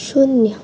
शून्य